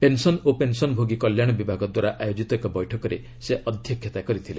pension ଓ ପେନ୍ସନ୍ଭୋଗୀ କଲ୍ୟାଣ ବିଭାଗ ଦ୍ୱାରା ଆୟୋଜିତ ଏକ ବୈଠକରେ ସେ ଅଧ୍ୟକ୍ଷତା କରିଥିଲେ